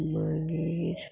मागीर